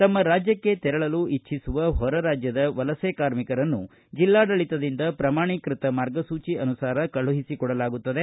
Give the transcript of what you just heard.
ತಮ್ಮ ರಾಜ್ಯಕ್ಕೆ ತೆರಳು ಇಜ್ಜಿಸುವ ಹೊರ ರಾಜ್ಯದ ವಲಸೆ ಕಾರ್ಮಿಕರನ್ನು ಜಿಲ್ಲಾಡಳಿತದಿಂದ ಪ್ರಮಾಣಿಕೃತ ಮಾರ್ಗಸೂಚಿ ಅನುಸಾರ ಕಳಒಿಸಿಕೊಡಲಾಗುತ್ತದೆ